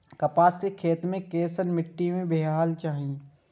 कपास के खेती केसन मीट्टी में हेबाक चाही?